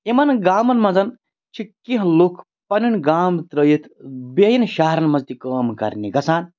یِمَن گامَن منٛز چھِ کینٛہہ لُکھ پَنٕنۍ گام ترٲیِتھ بیٚیَن شَہرَن منٛز تہِ کٲم کَرنہِ گژھان